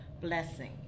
blessing